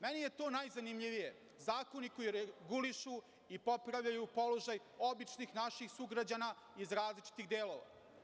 Meni je to najzanimljivije, zakoni koji regulišu i popravljaju položaj običnih naših sugrađana iz različitih delova.